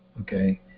Okay